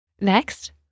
Next